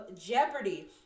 Jeopardy